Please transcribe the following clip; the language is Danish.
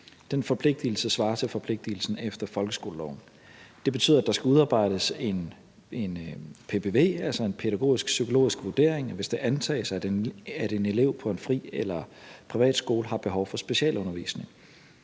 Den forpligtigelse svarer til forpligtigelsen efter folkeskoleloven. Det betyder, at der skal udarbejdes en PPV, altså en pædagogisk-psykologisk vurdering , hvis det antages, at en elev på en fri- eller privatskole har behov for specialundervisning.